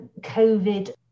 covid